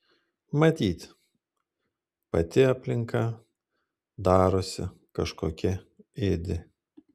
matyt pati aplinka darosi kažkokia ėdi